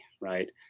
right